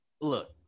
look